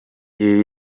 ibi